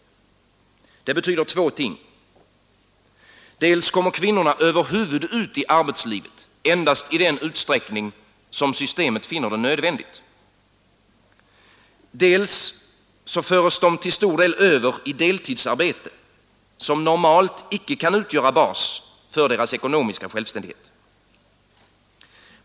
Det betyder två ting. Dels kommer kvinnorna över huvud ut i arbetslivet endast i den utsträckning som systemet finner det nödvändigt, dels föres de till stor del över i deltidsarbete, som normalt icke kan utgöra bas för deras ekonomiska självständighet.